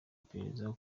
iperereza